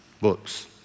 books